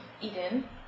Eden